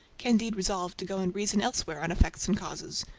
candide resolved to go and reason elsewhere on effects and causes.